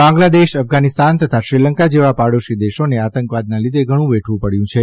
બાંગ્લાદેશ અફઘાનીસ્તાન તથા શ્રીલંકા જેવા પાડોશી દેશોને આતંકવાદના લીધે ઘણુ વેઠવુ પડયું છે